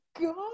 God